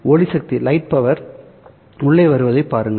ஒளி சக்தி உள்ளே வருவதைப் பாருங்கள்